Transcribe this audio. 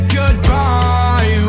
goodbye